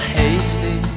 hasty